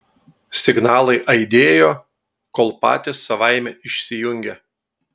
signalai aidėjo kol patys savaime išsijungė